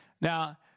Now